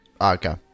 okay